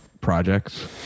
projects